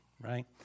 right